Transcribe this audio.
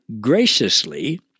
graciously